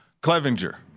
Clevenger